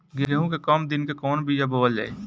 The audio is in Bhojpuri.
गेहूं के कम दिन के कवन बीआ बोअल जाई?